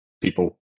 people